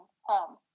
home